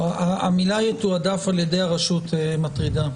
המילה תועדף על-ידי הרשות מטרידה.